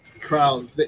crowd